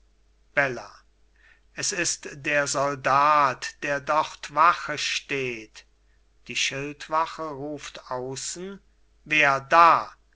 bella es ist der soldat der dort wache steht die schildwache ruft außen wer da